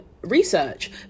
research